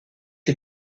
les